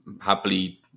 happily